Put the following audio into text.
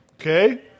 Okay